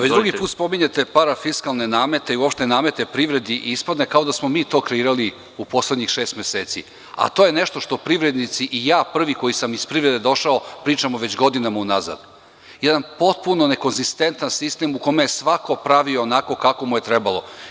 Već drugi put spominjete parafiskalne namete i uopšte namete privredi i ispadne kao da smo mi to kreirali u poslednjih šest meseci, a to je nešto što privrednici i ja prvi koji sam iz privrede došao pričamo već godinama unazad, jedan potpuno nekonzistentan sistem u kome je svako pravio onako kako mu je trebalo.